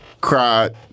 cried